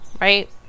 right